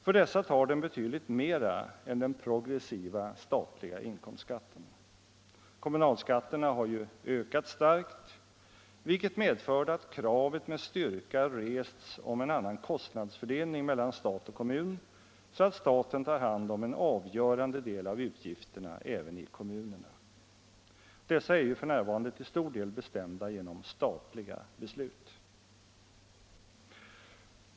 För dessa tar den betydligt mera än den progressiva statliga inkomstskatten. Kommunalskatterna har ju ökat starkt, vilket medfört att kravet med styrka rests om en annan kostnadsfördelning mellan stat och kommun, så att staten har hand om en avgörande del av utgifterna även i kommunerna. Dessa är ju f.n. till stor del bestämda genom statliga beslut.